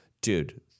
Dude